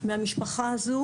ובדברים נוספים מהמשפחה הזו,